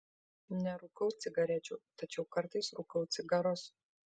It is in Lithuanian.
nerūkau cigarečių tačiau kartais rūkau cigarus